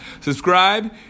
subscribe